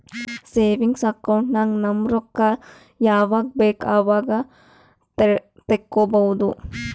savings account ನಾಗ್ ನಮ್ ರೊಕ್ಕಾ ಯಾವಾಗ ಬೇಕ್ ಅವಾಗ ತೆಕ್ಕೋಬಹುದು